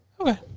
Okay